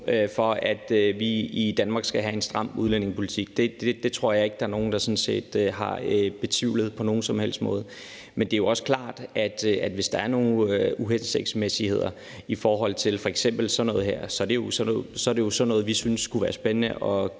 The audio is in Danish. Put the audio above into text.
for, at vi i Danmark skal have en stram udlændingepolitik. Det tror jeg ikke der er nogen der har betvivlet på nogen som helst måde. Men det er jo også klart, at hvis der er nogle uhensigtsmæssigheder i forhold til f.eks. sådan noget her, så er det jo sådan noget, vi synes det kunne være spændende at